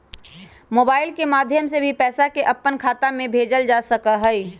mobile के माध्यम से भी पैसा के अपन खाता में भेजल जा सका हई